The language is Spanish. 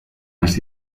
las